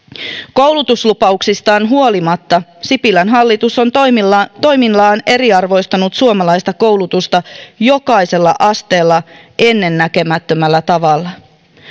koulutuslupauksistaan huolimatta sipilän hallitus on toimillaan toimillaan eriarvoistanut suomalaista koulutusta jokaisella asteella ennen näkemättömällä tavalla